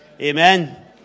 amen